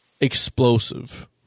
explosive